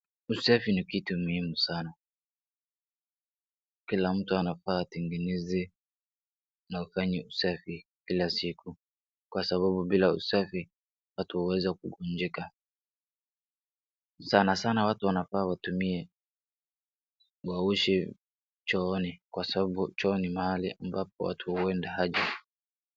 Usafi ni kitu muhimu sana kila mtu anafaa atengeneze na afanye usafi kila siku, kwa sababu bila usafi, hatoweza kugonjeka, sanasana watu wanafaa watumie waoshe chooni, kwa sababu choo ni mahali ambapo watu huenda haja.